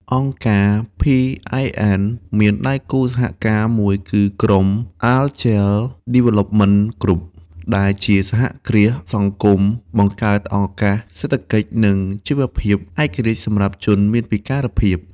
អង្គការ PIN មានដៃគូសហការមួយគឺក្រុម អាចែល ដេវេលឡប់មិន គ្រុប (Agile Development Group) ដែលជាសហគ្រាសសង្គមបង្កើតឱកាសសេដ្ឋកិច្ចនិងជីវភាពឯករាជ្យសម្រាប់ជនមានពិការភាព។